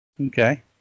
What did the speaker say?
Okay